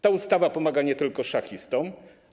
Ta ustawa pomaga nie tylko szachistom.